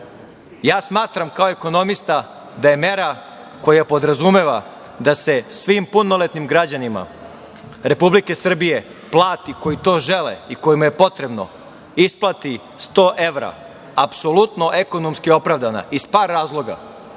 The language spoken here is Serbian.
Ja smatram kao ekonomista da je mera koja podrazumeva da se svim punoletnim građanima Republike Srbije plati, koji to žele i kojima je potrebno, isplati sto evra, apsolutno ekonomski opravdana, iz par razloga.